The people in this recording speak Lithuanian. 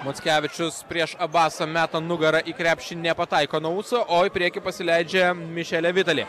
mockevičius prieš abasą meta nugara į krepšį nepataiko nuo ūso o į priekį pasileidžia mišele vitali